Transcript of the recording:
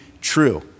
true